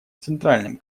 центральным